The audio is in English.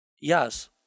Yes